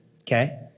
Okay